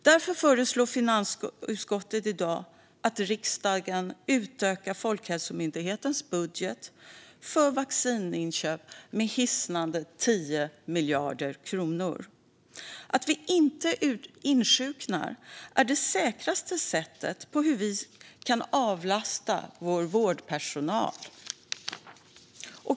Därför föreslår finansutskottet i dag att riksdagen ska utöka Folkhälsomyndighetens budget för vaccininköp med hisnande 10 miljarder kronor. Att vi inte insjuknar är det säkraste sättet att avlasta vår vårdpersonal.